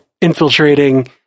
infiltrating